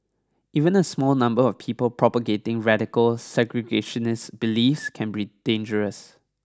even a small number of people propagating radical segregationist beliefs can be dangerous